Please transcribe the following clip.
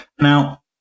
Now